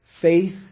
faith